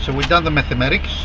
so we done the mathematics,